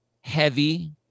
heavy